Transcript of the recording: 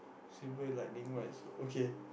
silver lightning okay